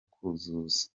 kuzuza